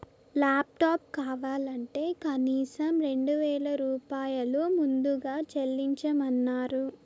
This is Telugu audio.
లాప్టాప్ కావాలంటే కనీసం రెండు వేల రూపాయలు ముందుగా చెల్లించమన్నరు